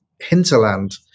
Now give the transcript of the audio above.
hinterland